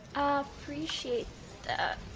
appreciate that,